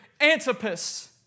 Antipas